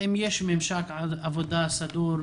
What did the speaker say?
האם יש ממשק עבודה סדור?